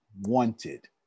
wanted